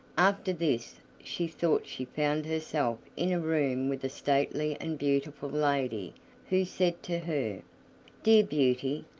after this she thought she found herself in a room with a stately and beautiful lady who said to her dear beauty,